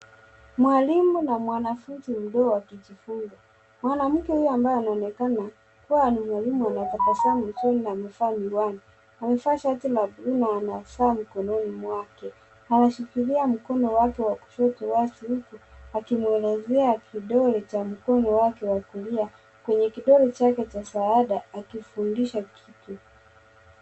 Mwalimu na mwanafunzi mdogo wakijifunza. Mwanamke huyu ambaye anaonekana kuwa ni mwalimu anatabasamu vizuri na amevaa uungwana ,amevaa shati la buluu na ana saa mkononi mwake ameshikilia mkono wake wa kushoto la sivyo akimwelezea kidole cha mkono wake wa kulia, kwenye kidole chake cha zaada akifundisha kitu.